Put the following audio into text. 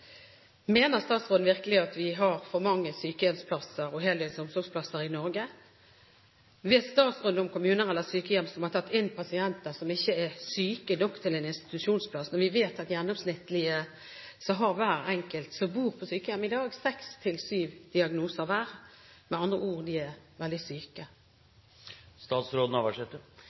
Mener statsråden virkelig at vi har for mange sykehjemsplasser og heldøgns omsorgsplasser i Norge? Vet statsråden om kommuner eller sykehjem som har tatt inn pasienter som ikke er syke nok til en institusjonsplass, når vi vet at gjennomsnittlig har hver enkelt som bor på sykehjem i dag, seks–syv diagnoser? Med andre ord: De er veldig syke.